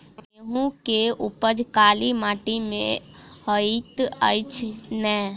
गेंहूँ केँ उपज काली माटि मे हएत अछि की नै?